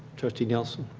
trustee nielsen?